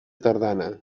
tardana